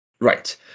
Right